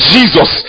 Jesus